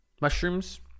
mushrooms